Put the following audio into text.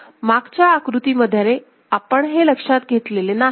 मागच्या आकृतीमध्ये आपण हे लक्षात घेतलेले नाही